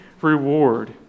reward